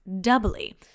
doubly